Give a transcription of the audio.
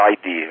idea